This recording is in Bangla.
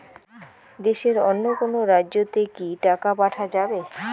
দেশের অন্য কোনো রাজ্য তে কি টাকা পাঠা যাবে?